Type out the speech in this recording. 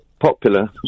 popular